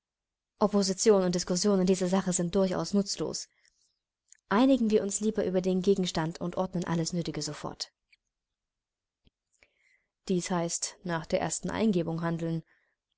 opposition und diskussion in dieser sache sind durchaus nutzlos einigen wir uns lieber über den gegenstand und ordnen alles nötige sofort dies heißt nach der ersten eingebung handeln